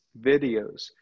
videos